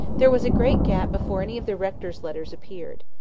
there was a great gap before any of the rector's letters appeared.